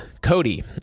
Cody